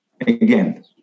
Again